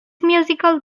musical